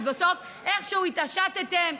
אז בסוף איכשהו התעשתם,